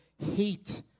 Hate